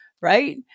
Right